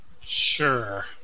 Sure